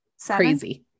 crazy